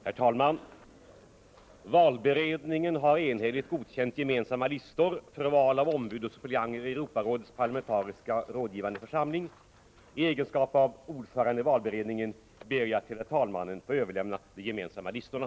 Herr talman! Valberedningen har enhälligt godkänt gemensamma listor för val av ombud och suppleanter i Europarådets parlamentariska församling. I egenskap av ordförande i valberedningen ber jag att till herr talmannen få överlämna de gemensamma listorna.